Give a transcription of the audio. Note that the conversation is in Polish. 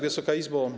Wysoka Izbo!